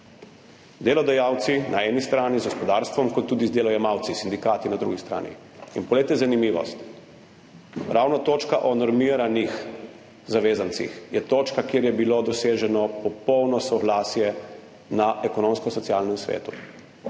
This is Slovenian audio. delodajalci na eni strani, z gospodarstvom, kot tudi z delojemalci, sindikati na drugi strani. In poglejte zanimivost, ravno točka o normiranih zavezancih je točka, kjer je bilo doseženo popolno soglasje na Ekonomsko-socialnem svetu.